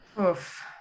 Oof